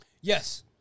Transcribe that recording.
Yes